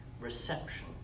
reception